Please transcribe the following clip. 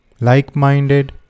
like-minded